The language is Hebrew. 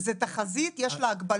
זו תחזית, יש לה הגבלות.